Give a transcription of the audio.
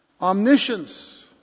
Omniscience